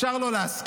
אפשר לא להסכים,